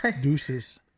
Deuces